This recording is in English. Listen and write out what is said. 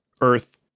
Earth